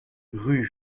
rue